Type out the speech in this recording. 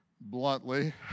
bluntly